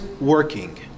working